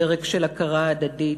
פרק של הכרה הדדית,